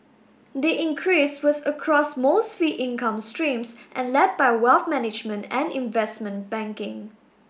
the increase was across most fee income streams and led by wealth management and investment banking